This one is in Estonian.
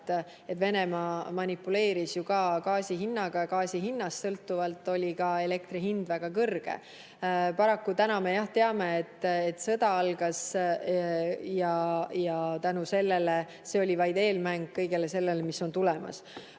et Venemaa manipuleeris ju ka gaasi hinnaga. Gaasi hinnast sõltuvalt oli ka elektri hind väga kõrge. Paraku täna me jah teame, et sõda algas ja see oli vaid eelmäng kõigele sellele, mis oli ja on tulemas.